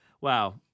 Wow